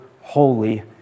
holy